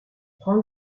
prends